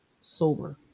Sober